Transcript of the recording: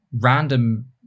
random